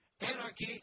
Anarchy